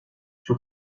sur